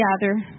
gather